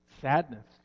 sadness